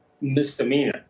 misdemeanor